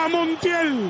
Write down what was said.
Montiel